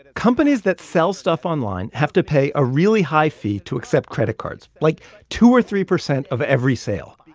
ah companies that sell stuff online have to pay a really high fee to accept credit cards, like two or three percent of every sale.